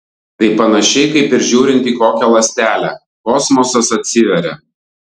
tai panašiai kaip ir žiūrint į kokią ląstelę kosmosas atsiveria